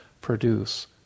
produce